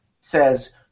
says